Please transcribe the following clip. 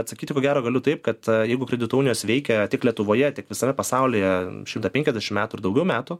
atsakyti ko gero galiu taip kad jeigu kredito unijos veikia tiek lietuvoje tiek visame pasaulyje šimtą penkiasdešim metų ir daugiau metų